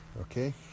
Okay